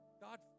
God